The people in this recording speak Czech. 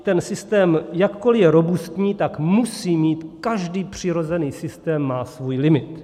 Ten systém, jakkoli je robustní, musí mít, každý přirozený systém má svůj limit.